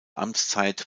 amtszeit